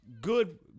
Good